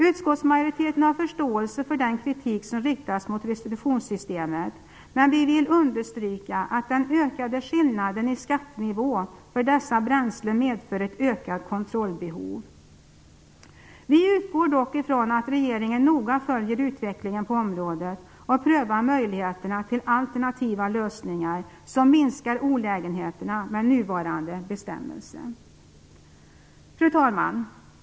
Utskottsmajoriteten har förståelse för den kritik som riktas mot restitutionssystemet men vill understryka att den ökade skillnaden i skattenivå för dessa bränslen medför ett ökat kontrollbehov. Vi utgår dock ifrån att regeringen noga följer utvecklingen på området och prövar möjligheterna till alternativa lösningar, som minskar olägenheterna med nuvarande bestämmelser. Fru talman!